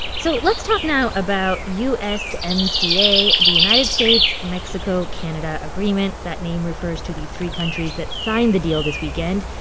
so let's talk now about usmca, the united states-mexico-canada agreement. that name refers to the three countries that signed the deal this weekend.